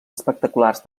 espectaculars